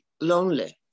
lonely